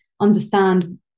understand